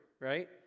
right